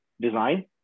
design